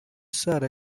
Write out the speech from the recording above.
sara